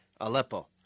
Aleppo